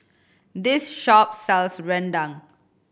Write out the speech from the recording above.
this shop sells rendang